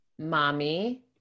Mommy